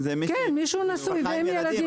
עובד נשוי עם ילדים